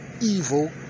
evil